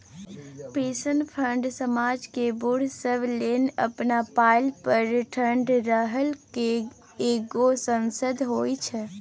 pension fund समाज केर बूढ़ सब लेल अपना पएर पर ठाढ़ रहइ केर एगो साधन होइ छै